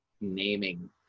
naming